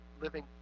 living